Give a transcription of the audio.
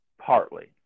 Partly